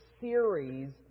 series